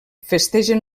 festegen